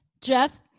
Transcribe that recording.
Jeff